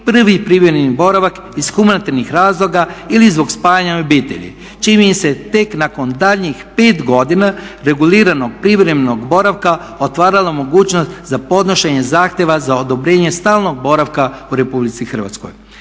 prvi privremeni boravak iz humanitarnih razloga ili zbog spajanja obitelji čime im se tek nakon daljnjih pet godina reguliranog privremenog boravka otvarala mogućnost za podnošenje zahtjeva za odobrenje stalnog boravka u RH.